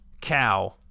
cow